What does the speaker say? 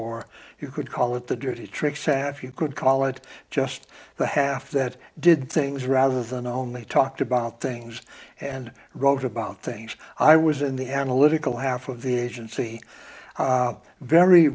or you could call it the dirty tricks saf you could call it just the half that did things rather than only talked about things and wrote about things i was in the analytical half of the agency very